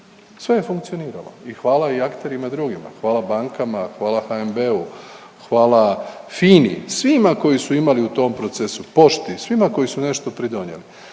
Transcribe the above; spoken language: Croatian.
Sve je funkcioniralo i hvala i akterima drugima, hvala bankama, hvala HNB-u, hvala FINI, svima koji su imali u tom procesu, Pošti, svima koji su nešto pridonijeli,